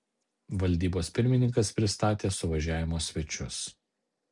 valdybos pirmininkas pristatė suvažiavimo svečius